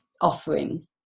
offering